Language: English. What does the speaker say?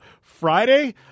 Friday